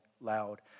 loud